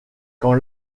quand